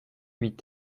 huit